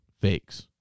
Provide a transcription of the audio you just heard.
fakes